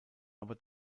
aber